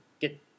get